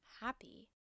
happy